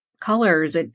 colors